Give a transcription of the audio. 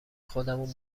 خودمو